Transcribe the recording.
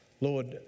Lord